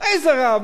איזה רב?